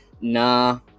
Nah